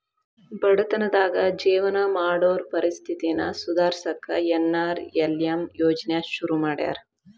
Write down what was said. ಬಡತನದಾಗ ಜೇವನ ಮಾಡೋರ್ ಪರಿಸ್ಥಿತಿನ ಸುಧಾರ್ಸಕ ಎನ್.ಆರ್.ಎಲ್.ಎಂ ಯೋಜ್ನಾ ಶುರು ಮಾಡ್ಯಾರ